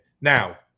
Now